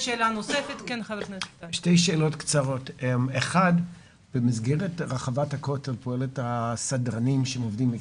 שתי שאלות, במסגרת רחבת הכותל יש את הסדרנים,